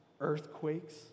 earthquakes